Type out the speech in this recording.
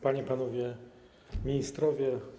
Panie i Panowie Ministrowie!